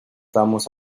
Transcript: damos